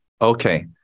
okay